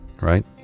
right